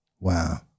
Wow